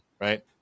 Right